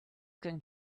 going